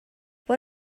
what